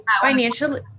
financially-